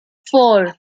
four